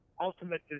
ultimate